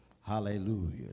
hallelujah